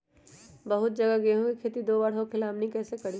बहुत जगह गेंहू के खेती दो बार होखेला हमनी कैसे करी?